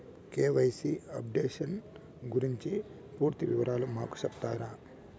KYC updation గురించి పూర్తి వివరాలు మాకు సెప్తారా?